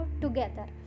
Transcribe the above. together